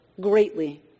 greatly